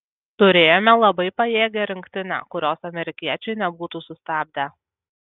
turėjome labai pajėgią rinktinę kurios amerikiečiai nebūtų sustabdę